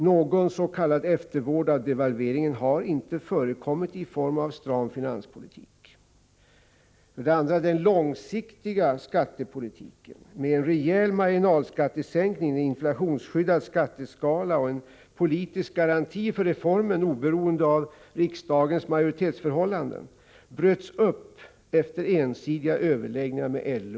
Någon s.k. eftervård av devalveringen har inte förekommit i form av stram finanspolitik. 2. Den långsiktiga skattepolitiken, med en rejäl marginalskattesänkning, en inflationsskyddad skatteskala och en politisk garanti för reformen oberoende av riksdagens majoritetsförhållanden bröts upp efter ensidiga överläggningar med LO.